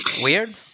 weird